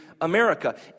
America